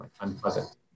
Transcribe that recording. unpleasant